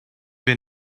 been